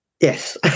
Yes